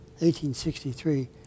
1863